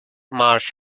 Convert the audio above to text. marsh